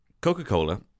Coca-Cola